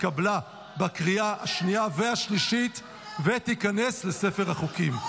התקבלה בקריאה השנייה והשלישית ותיכנס לספר החוקים.